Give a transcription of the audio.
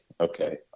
okay